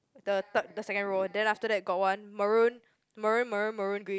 the third the second row then after that got one maroon maroon maroon maroon green